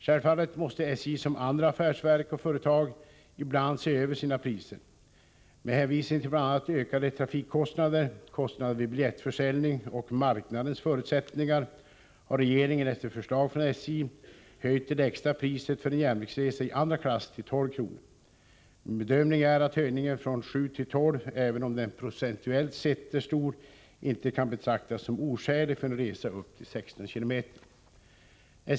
Självfallet måste SJ som andra affärsverk och företag ibland se över sina priser. Med hänvisning till bl.a. ökade trafikkostnader, kostnader vid biljettförsäljning och marknadens förutsättningar har regeringen, efter förslag från SJ, höjt det lägsta priset för en järnvägsresa i andra klass till 12 kr. Min bedömning är att höjningen från 7 till 12 kr. — även om den procentuellt sett är stor — inte kan betraktas som oskälig för en resa upp till 16 km.